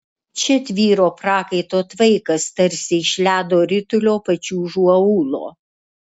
čia tvyro prakaito tvaikas tarsi iš ledo ritulio pačiūžų aulo